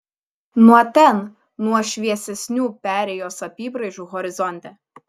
nuo ten nuo šviesesnių perėjos apybraižų horizonte